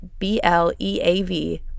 BLEAV